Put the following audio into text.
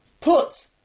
put